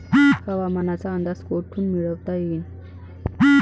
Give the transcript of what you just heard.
हवामानाचा अंदाज कोठून मिळवता येईन?